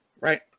right